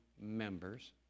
members